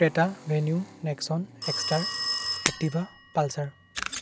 Creta Venue Nexon Exter Activa Pulsar